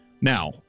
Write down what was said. Now